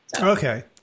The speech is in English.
Okay